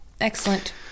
Excellent